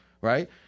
right